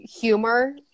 humor